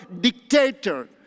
dictator